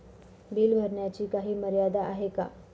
Bill भरण्याची काही मर्यादा आहे का?